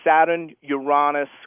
Saturn-Uranus